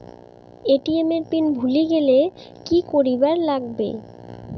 ATM এর pin ভুলি গেলে কি করিবার লাগবে?